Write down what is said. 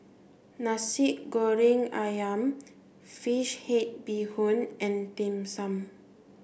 Nasi Goreng Ayam fish head bee hoon and dim sum